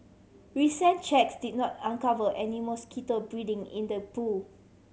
recent checks did not uncover any mosquito breeding in the pool